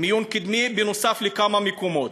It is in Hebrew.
חדר מיון קדמי בנוסף לכמה מקומות.